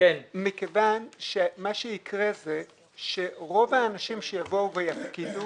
חודשים מכיוון שרוב האנשים שיפקידו,